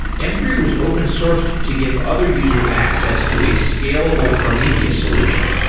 m three was open sourced to give other users access to a scalable prometheus solution.